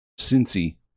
Cincy